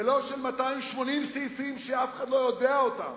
ולא של 280 סעיפים, שאף אחד לא יודע אותם,